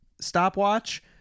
stopwatch